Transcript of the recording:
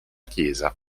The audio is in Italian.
chiesa